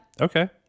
Okay